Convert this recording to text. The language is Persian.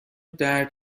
درد